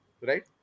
right